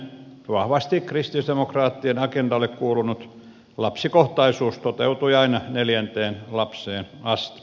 vahvasti kristillisdemokraattien agendalle kuulunut lapsikohtaisuus toteutui aina neljänteen lapseen asti